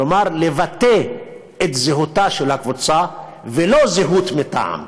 כלומר לבטא את זהותה של הקבוצה, ולא זהות מטעם.